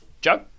Joe